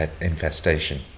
infestation